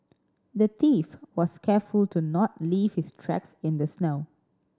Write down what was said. the thief was careful to not leave his tracks in the snow